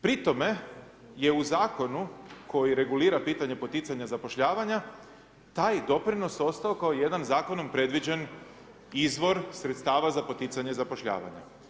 Pri tome je u Zakonu koji regulira pitanje poticanja zapošljavanja taj doprinos ostao kao jedan zakonom predviđen izvor sredstava za poticanje zapošljavanje.